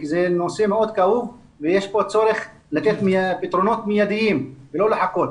כי זה נושא מאוד כאוב ויש פה צורך לתת פתרונות מיידים ולא לחכות.